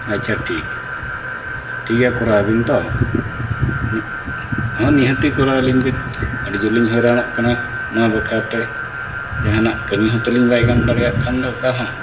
ᱟᱪᱪᱷᱟ ᱴᱷᱤᱠ ᱴᱷᱤᱠ ᱜᱮᱭᱟ ᱠᱚᱨᱟᱣ ᱵᱤᱱ ᱛᱚ ᱢᱤᱫ ᱦᱚᱸ ᱱᱤᱦᱟᱹᱛᱤ ᱠᱚᱨᱟᱣ ᱟᱹᱞᱤᱧ ᱵᱮᱱ ᱟᱹᱰᱤ ᱡᱳᱨ ᱞᱤᱧ ᱦᱚᱭᱨᱟᱱᱚᱜ ᱠᱟᱱᱟ ᱱᱚᱣᱟ ᱵᱟᱠᱷᱨᱟ ᱛᱮ ᱡᱟᱦᱟᱱᱟᱜ ᱠᱟᱹᱢᱤ ᱦᱚᱸ ᱛᱟᱹᱞᱤᱧ ᱵᱟᱭ ᱜᱟᱱ ᱫᱟᱲᱮᱭᱟᱜ ᱠᱟᱱ ᱫᱚ ᱚᱠᱟ ᱦᱚᱸ